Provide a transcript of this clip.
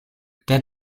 der